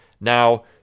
now